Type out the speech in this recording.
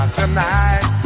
tonight